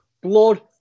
Blood